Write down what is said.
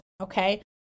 okay